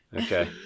Okay